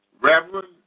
Reverend